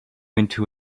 into